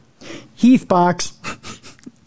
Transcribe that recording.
Heathbox